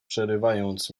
przerywając